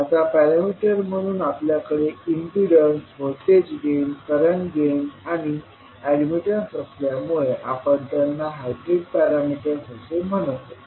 आता पॅरामीटर म्हणून आपल्याकडे impedance voltage gain current gain आणि एडमिटन्स असल्यामुळे आपण त्यांना हायब्रीड पॅरामीटर्स असे म्हणतो